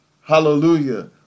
hallelujah